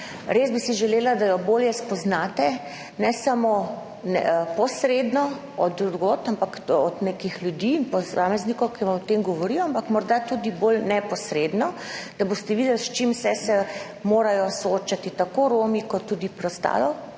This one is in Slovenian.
Res bi si želela, da jo bolje spoznate, ne samo posredno od drugod, od nekih ljudi in posameznikov, ki vam o tem govorijo, ampak morda tudi bolj neposredno, da boste videli, s čim vse se morajo soočati tako Romi kot tudi preostalo